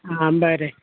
आ बरें